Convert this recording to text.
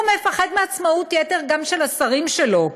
הוא מפחד מעצמאות יתר גם של השרים שלו,